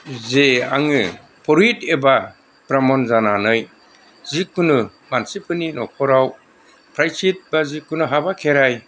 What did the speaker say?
जे आङो परहित एबा ब्राह्मन जानानै जिखुनु मानसिफोरनि न'खराव प्रायसित बा जिखुनु हाबा खेराइ